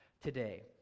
today